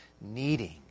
needing